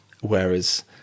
whereas